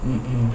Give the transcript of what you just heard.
mm mm